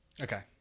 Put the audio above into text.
Okay